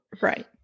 Right